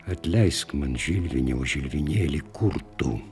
atleisk man žilvine o žilvinėli kur tu